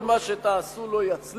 כל מה שתעשו לא יצליח,